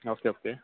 okay okay